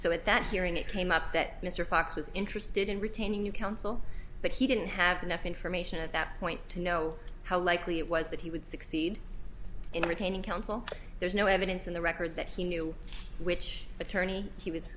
so at that hearing it came up that mr fox was interested in retaining new counsel but he didn't have enough information at that point to know how likely it was that he would succeed in retaining counsel there's no evidence in the record that he knew which attorney he was